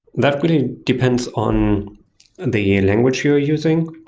that really depends on the language you're using.